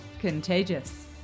contagious